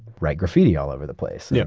write graffiti all over the place, yeah